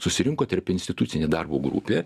susirinko tarpinstitucinė darbo grupė